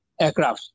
aircrafts